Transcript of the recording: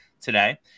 today